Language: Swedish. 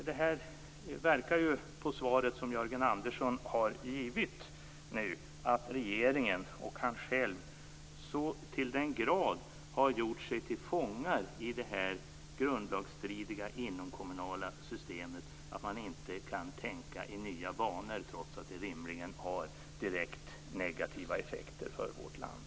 Det verkar på det svar som Jörgen Andersson har givit som om regeringen och han själv så till den grad har gjort sig till fångar i det här grundlagsstridiga inomkommunala systemet att man inte kan tänka i nya banor, trots att systemet rimligen har direkt negativa effekter för vårt land.